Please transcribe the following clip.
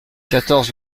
quatorze